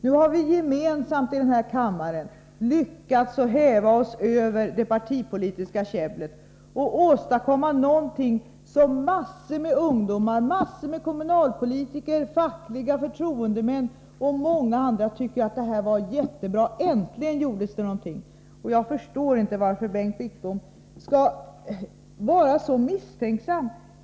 Nu har vi gemensamt i den här kammaren lyckats häva oss över det partipolitiska käbblet och åstadkomma någonting som en mängd ungdomar, kommunalpolitiker, fackliga förtroendemän och andra tycker var mycket bra. Äntligen gjordes någonting. Jag förstår inte varför Bengt Wittbom skall vara så misstänksam.